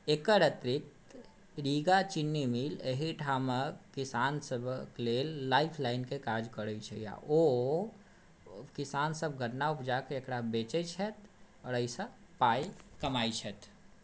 एकर अतिरिक्त रीगा चीनी मील अहिठामक किसान सभक लेल लाइफलाइनके काज करैत छै आ ओ किसान सभ गन्ना ऊपजाके एकरा बेचैत छथि आओर एहिसँ पाइ कमाइत छथि